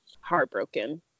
heartbroken